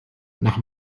nach